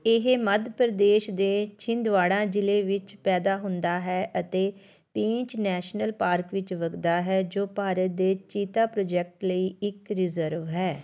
ਇਹ ਮੱਧ ਪ੍ਰਦੇਸ਼ ਦੇ ਛਿੰਦਵਾੜਾ ਜ਼ਿਲ੍ਹੇ ਵਿੱਚ ਪੈਦਾ ਹੁੰਦਾ ਹੈ ਅਤੇ ਪੀਂਚ ਨੈਸ਼ਨਲ ਪਾਰਕ ਵਿੱਚ ਵਗਦਾ ਹੈ ਜੋ ਭਾਰਤ ਦੇ ਚੀਤਾ ਪ੍ਰੋਜੈਕਟ ਲਈ ਇੱਕ ਰਿਜ਼ਰਵ ਹੈ